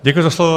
Děkuji za slovo.